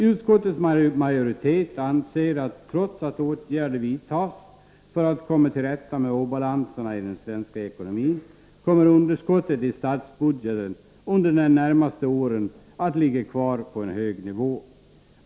Utskottets majoritet anser att trots att åtgärder vidtas för att komma till rätta med obalanserna i den svenska ekonomin kommer underskottet i statsbudgeten under de närmaste åren att ligga kvar på en hög nivå.